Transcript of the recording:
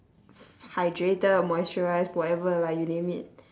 hydrated moisturised whatever lah you name it